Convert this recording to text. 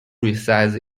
reside